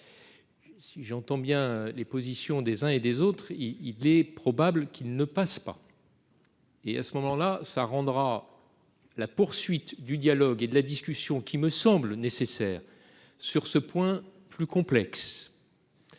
Si j'entends bien les positions des uns et des autres. Il est probable qu'il ne passe pas. Et à ce moment-là ça rendra. La poursuite du dialogue et de la discussion qui me semble nécessaire. Sur ce point, plus complexe.